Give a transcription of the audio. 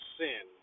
sin